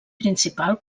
principal